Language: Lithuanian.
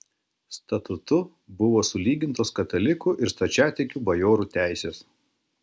statutu buvo sulygintos katalikų ir stačiatikių bajorų teisės